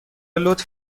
لطف